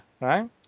right